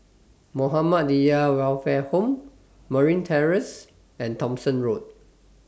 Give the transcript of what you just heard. Muhammadiyah Welfare Home Marine Terrace and Thomson Road